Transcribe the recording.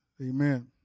Amen